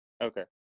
okay